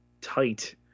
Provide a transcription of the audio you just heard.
tight